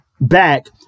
back